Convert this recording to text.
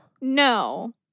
No